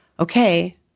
okay